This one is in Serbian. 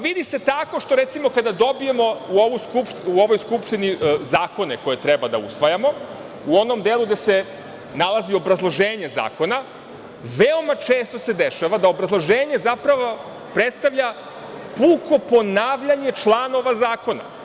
Vidi se tako što, recimo, kada dobijemo u ovoj Skupštini zakone koje treba da usvajamo, u onom delu gde se nalazi obrazloženje zakona, veoma često se dešava da obrazloženje zapravo predstavlja puko ponavljanje članova zakona.